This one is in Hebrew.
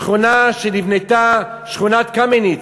שכונה שנבנתה, שכונת קמניץ,